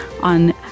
on